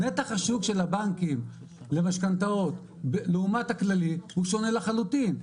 נתח השוק של הבנקים למשכנתאות לעומת הכללי הוא שונה לחלוטין,